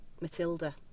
Matilda